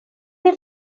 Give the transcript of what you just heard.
they